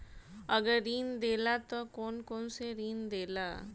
अगर ऋण देला त कौन कौन से ऋण देला?